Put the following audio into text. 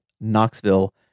Knoxville